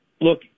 Look